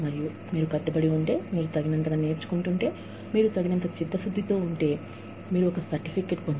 మరియు మీరు తగినంతగా నేర్చుకుంటే మీరు తగినంత కట్టుబడి ఉంటే మీరు తగినంత చిత్తశుద్ధితో ఉంటే మీకు సర్టిఫికేట్ లభిస్తుంది